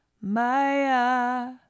Maya